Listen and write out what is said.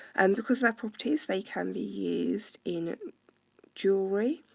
and because they're properties, that can be used in jewelry,